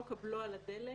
חוק הבלו על דלק,